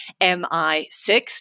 MI6